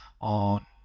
on